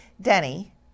Denny